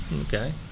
Okay